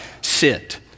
sit